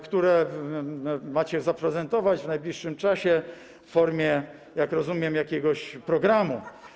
które ma zaprezentować w najbliższym czasie w formie, jak rozumiem, jakiegoś programu.